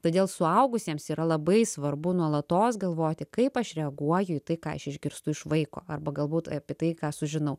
todėl suaugusiems yra labai svarbu nuolatos galvoti kaip aš reaguoju į tai ką aš išgirstu iš vaiko arba galbūt apie tai ką sužinau